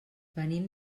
venim